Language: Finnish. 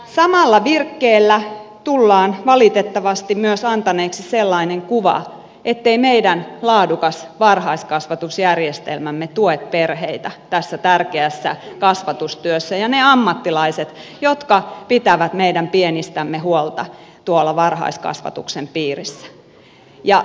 samalla virkkeellä tullaan valitettavasti myös antaneeksi sellainen kuva ettei meidän laadukas varhaiskasvatusjärjestelmämme tue perheitä tässä tärkeässä kasvatustyössä ja niitä ammattilaisia jotka pitävät meidän pienistämme huolta tuolla varhaiskasvatuksen piirissä